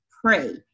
pray